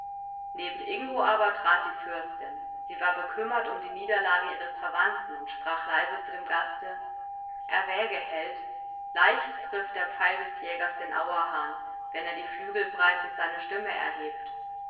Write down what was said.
neben ingo aber trat die fürstin sie war bekümmert um die niederlage ihres verwandten und sprach leise zu dem gaste erwäge held leicht trifft der pfeil des jägers den auerhahn wenn er die flügel breitend seine stimme erhebt